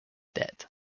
debt